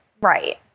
Right